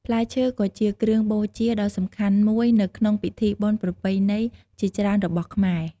ផ្លែឈើក៏ជាគ្រឿងបូជាដ៏សំខាន់មួយនៅក្នុងពិធីបុណ្យប្រពៃណីជាច្រើនរបស់ខ្មែរ។